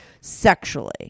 sexually